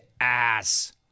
ass